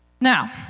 Now